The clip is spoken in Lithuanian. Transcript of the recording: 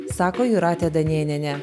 sako jūratė danėnienė